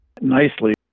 nicely